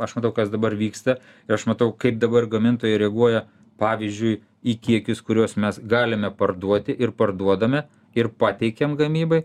aš matau kas dabar vyksta ir aš matau kaip dabar gamintojai reaguoja pavyzdžiui į kiekius kuriuos mes galime parduoti ir parduodame ir pateikiam gamybai